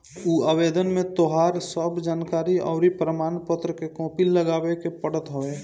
उ आवेदन में तोहार सब जानकरी अउरी प्रमाण पत्र के कॉपी लगावे के पड़त हवे